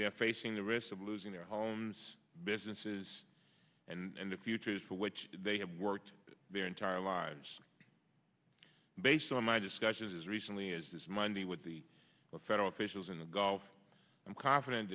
they're facing the risk of losing their homes businesses and the futures for which they have worked their entire lives based on my discussions as recently as this monday with the federal officials in the gulf i'm confident